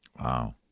Wow